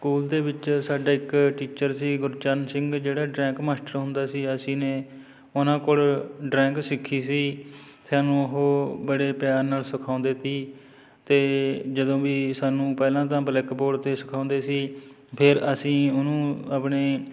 school ਦੇ ਵਿੱਚ ਸਾਡਾ ਇੱਕ ਟੀਚਰ ਸੀ ਗੁਰਚਰਨ ਸਿੰਘ ਜਿਹੜਾ ਡਰਾਇੰਗ ਮਾਸਟਰ ਹੁੰਦਾ ਸੀ ਅਸੀਂ ਨੇ ਉਹਨਾਂ ਕੋਲ ਡਰਾਇੰਗ ਸਿੱਖੀ ਸੀ ਸਾਨੂੰ ਉਹ ਬੜੇ ਪਿਆਰ ਨਾਲ ਸਿਖਾਉਂਦੇ ਸੀ ਅਤੇ ਜਦੋਂ ਵੀ ਸਾਨੂੰ ਪਹਿਲਾਂ ਤਾਂ ਬਲੈਕ ਬੋਰਡ 'ਤੇ ਸਿਖਾਉਂਦੇ ਸੀ ਫਿਰ ਅਸੀਂ ਉਹਨੂੰ ਆਪਣੇ